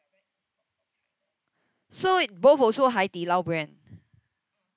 so both also Haidilao brand